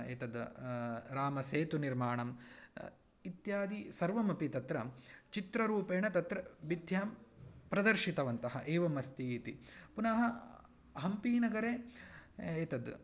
एतद् रामसेतुनिर्माणम् इत्यादि सर्वमपि तत्र चित्ररूपेण तत्र भित्त्यां प्रदर्शितवन्तः एवम् अस्ति इति पुनः हम्पीनगरे एतद्